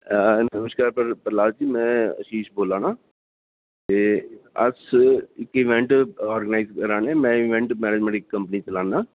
नमस्कार प्रलाह्द जी में आशीष बोल्लै नां तेअस इक इवेंट आर्गेनाइज़ करै ने में इवेंट मैनेजमेंट इक कंपनी चलान्ना